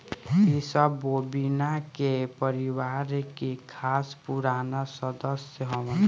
इ सब बोविना के परिवार के खास पुराना सदस्य हवन